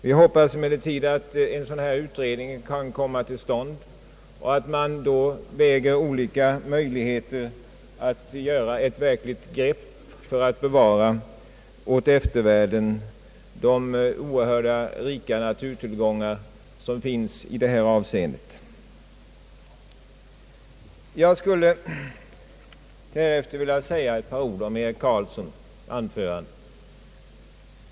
Vi hoppas emellertid att en sådan utredning kan komma till stånd och att man då överväger olika möjligheter att ta ett verkligt grepp för att åt eftervärlden bevara de oerhört rika naturvärden som finns i Norrland. Jag skulle därefter vilja säga ett par ord om herr Eric Carlssons anförande.